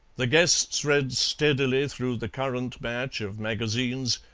the guests read steadily through the current batch of magazines,